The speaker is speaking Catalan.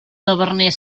taverner